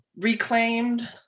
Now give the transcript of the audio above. reclaimed